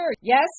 Yes